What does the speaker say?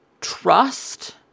trust